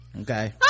okay